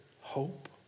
hope